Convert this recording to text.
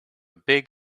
big